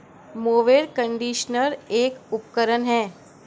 mower conditioner एक उपकरण है